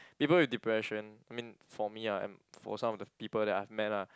people with depression I mean for me ah and for some of the people that I've met lah